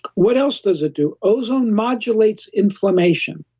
what else does it do? ozone modulates inflammation.